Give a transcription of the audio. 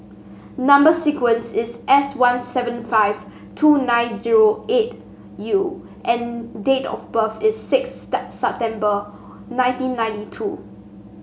number sequence is S one seven five two nine zero eight U and date of birth is six September nineteen ninety two